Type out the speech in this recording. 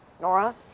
Nora